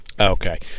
Okay